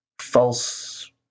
false